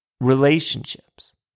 Relationships